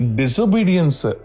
disobedience